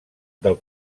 del